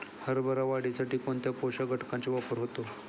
हरभरा वाढीसाठी कोणत्या पोषक घटकांचे वापर होतो?